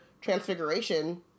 Transfiguration